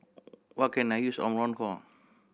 what can I use Omron for